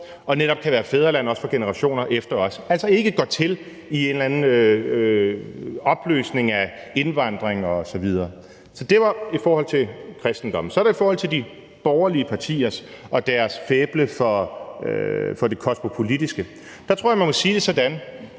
og netop kan være fædreland også for generationer efter os, altså ikke går til i en eller anden opløsning af indvandring osv. Så det var i forhold til kristendommen. Så i forhold til de borgerlige partier og deres faible for det kosmopolitiske: Der tror jeg, man må sige det sådan,